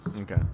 Okay